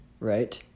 right